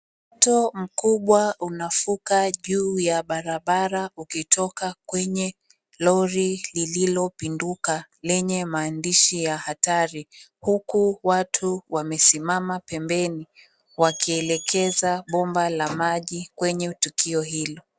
Mto mkubwa unafuka barabara ukitoka kwenye lori lililopinduka lenye maandishi hatari, huku watu wamesimama pembeni wakielekeza bomba la maji kwenye tukio hilo.